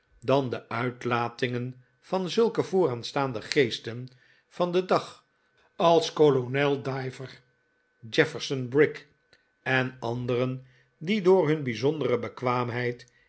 dan de uitlatingen van zulke vooraanstaande geesten van den dag als kolonel diver jefferson brick en anderen die door hun bijzondere bekwaamheid